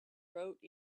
wrote